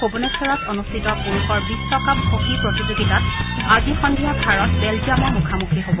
ভূৱনেখৰত অনুষ্ঠিত পুৰুষৰ বিশ্বকাপ হকী প্ৰতিষোগিতাত আজি সন্ধিয়া ভাৰত বেলজিয়ামৰ মুখামুখি হব